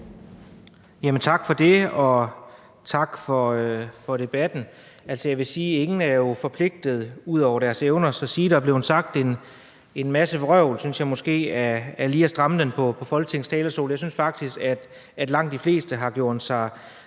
Tak for det, og tak for debatten. Jeg vil sige, at ingen jo er forpligtet ud over deres evner, og at sige, at der er blevet sagt en masse vrøvl fra Folketingets talerstol, er måske lige at stramme den. Jeg synes faktisk, at langt de fleste har gjort sig